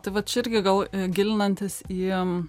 tai vat čia irgi gal gilinantis į